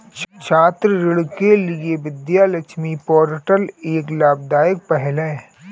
छात्र ऋण के लिए विद्या लक्ष्मी पोर्टल एक लाभदायक पहल है